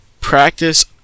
practice